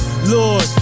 Lord